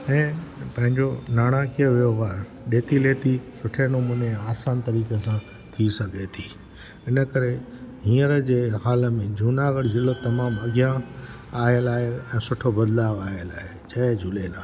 हे पंहिंजो नाणाकीअ व्यवहार ॾेती लेती सुठे नमूने आसान तरीक़े सां थी सघे थी इनकरे हींअर जे हालति में जूनागढ़ जिलो तमामु अॻियां आयल आहे ऐं सुठो बदिलाउ आयल आहे जय झूलेलाल